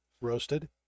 Roasted